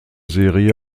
serie